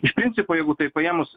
iš principo jeigu taip paėmus